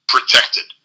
protected